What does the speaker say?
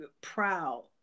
proud